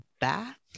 back